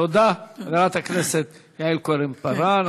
תודה לחבר הכנסת יעל כהן-פארן.